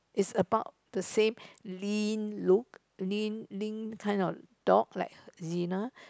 is about the same lean look lean lean kind of dog like Jinna